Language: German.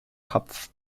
kopf